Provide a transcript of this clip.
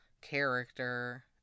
character